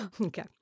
Okay